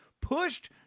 pushed